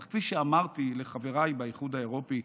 אך כפי שאמרתי לחברי באיחוד האירופי,